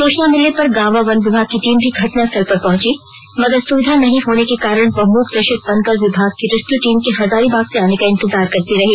सूचना मिलने पर गावां वन विभाग की टीम भी घटनास्थल पर पहुंची मगर सुविधा नहीं होने कारण वह मुक दर्शक बन कर वन विभाग की रेस्क्यू टीम के हजारीबाग से आने का इंतेजार करती रही